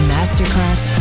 Masterclass